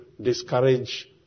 discourage